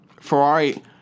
Ferrari